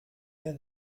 der